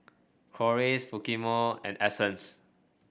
Corliss Fumiko and Essence